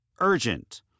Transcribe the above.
Urgent